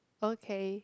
okay